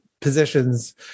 positions